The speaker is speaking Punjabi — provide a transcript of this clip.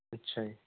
ਅੱਛਾ ਜੀ